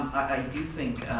i do think